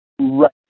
Right